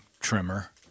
trimmer